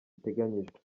iteganyijwe